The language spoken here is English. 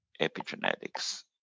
epigenetics